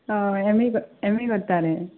हय M A M A करतलें